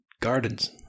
gardens